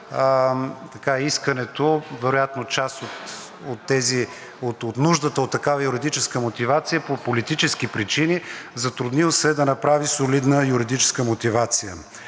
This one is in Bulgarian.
мотивира искането, вероятно част от нуждата от такава юридическа мотивация е по политически причини, затруднил се е да направи солидна юридическа мотивация